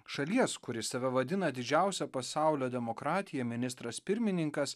šalies kuri save vadina didžiausia pasaulio demokratija ministras pirmininkas